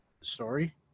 story